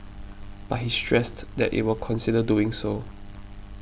but he stressed that it will consider doing so